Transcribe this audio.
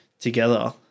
together